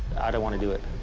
i don't wanna do it.